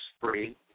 free